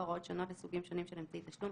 הוראות שונות לסוגים שונים של אמצעי תשלום,